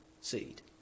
seed